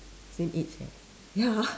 same age eh ya lah